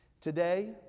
Today